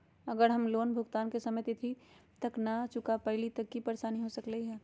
अगर हम लोन भुगतान करे के सिमित तिथि तक लोन न चुका पईली त की की परेशानी हो सकलई ह?